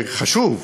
חשוב,